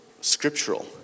scriptural